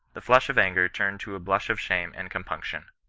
the flush of anger turned to a blush of shame and compunction.